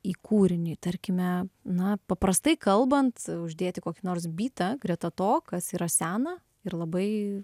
į kūrinį tarkime na paprastai kalbant uždėti kokį nors bytą greta to kas yra sena ir labai